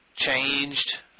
changed